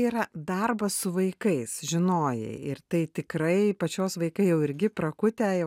yra darbas su vaikais žinojai ir tai tikrai pačios vaikai jau irgi prakutę jau